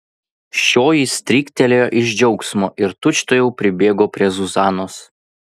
šioji stryktelėjo iš džiaugsmo ir tučtuojau pribėgo prie zuzanos